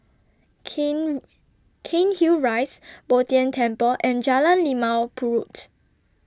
Cain Cairnhill Rise Bo Tien Temple and Jalan Limau Purut